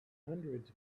hundreds